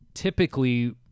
typically